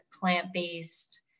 plant-based